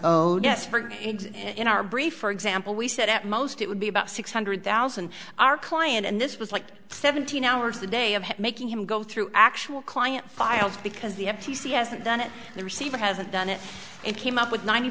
for in our brief for example we said at most it would be about six hundred thousand our client and this was like seventeen hours a day of making him go through actual client files because the f t c hasn't done it the receiver hasn't done it and came up with ninety